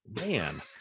Man